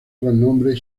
nombre